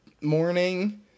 morning